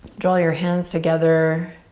draw your hands together